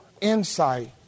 insight